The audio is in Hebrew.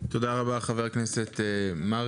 תודה רבה חבר הכנסת מרעי.